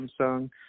Samsung